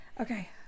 Okay